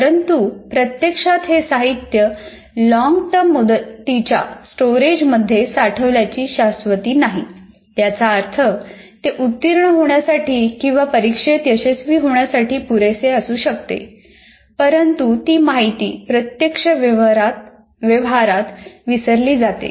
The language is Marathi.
परंतु प्रत्यक्षात हे साहित्यलॉन्गटर्म मुदतीच्या स्टोरेज मध्ये साठवल्याची शाश्वती नाही याचा अर्थ ते उत्तीर्ण होण्यासाठी किंवा परीक्षेत यशस्वी होण्यासाठी पुरेसे असू शकते परंतु ती माहिती प्रत्यक्ष व्यवहारात विसरली जाते